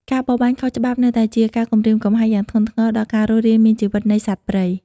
ការបរបាញ់ខុសច្បាប់នៅតែជាការគំរាមកំហែងយ៉ាងធ្ងន់ធ្ងរដល់ការរស់រានមានជីវិតនៃសត្វព្រៃ។